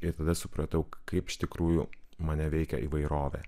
ir tada supratau kaip iš tikrųjų mane veikia įvairovė